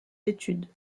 études